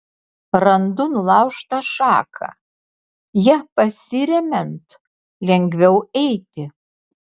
randu nulaužtą šaką ja pasiremiant lengviau eiti